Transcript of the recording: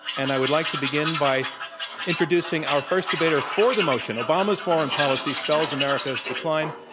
and i would like to begin by introducing our first debater for the motion, obama's foreign policy spells america's decline.